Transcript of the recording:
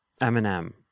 Eminem